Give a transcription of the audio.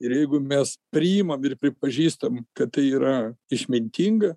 ir jeigu mes priimam ir pripažįstam kad tai yra išmintinga